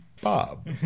Bob